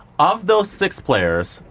of those six players,